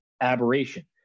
aberration